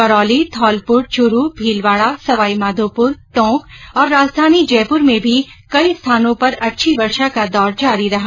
करौली धौलपुर चूरू भीलवाडा सवाईमाघोपुर टोंक और राजधानी जयपुर में भी कई स्थानों पर अच्छी वर्षा का दौर जारी रहा